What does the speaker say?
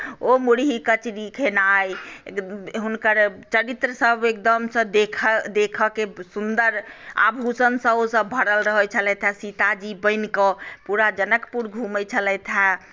ओ मुरही कचरी खेनाइ हुनकर चरित्रसभ एकदम देखय देखयके सुन्दर आभूषणसँ ओसभ भड़ल रहैत छलथि हे सीताजी बनि कऽ पूरा जनकपुर घुमैत छलथि हे